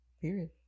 Period